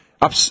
up